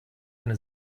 eine